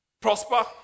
prosper